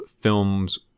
film's